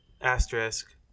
Asterisk